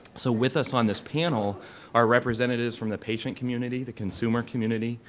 so with us on this panel are representatives from the patient community, the consumer community,